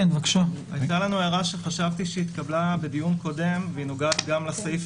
היתה לנו הערה שחשבתי שהתקבלה בדיון קודם והיא נוגעת גם לסעיף